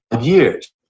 years